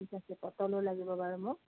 ঠিক আছে পটলো লাগিব বাৰু মোক